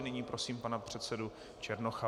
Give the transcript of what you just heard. Nyní prosím pana předsedu Černocha.